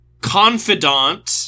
Confidant